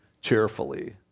cheerfully